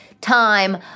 time